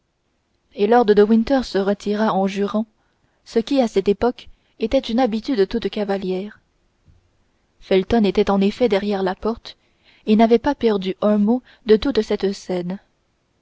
et lord de winter se retira en jurant ce qui à cette époque était une habitude toute cavalière felton était en effet derrière la porte et n'avait pas perdu un mot de toute cette scène